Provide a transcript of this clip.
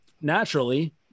naturally